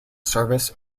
service